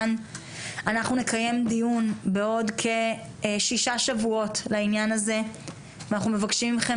נקיים דיון בעוד כשישה שבועות לעניין הזה ואנחנו מבקשים מכם